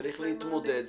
צריך להתמודד איתן,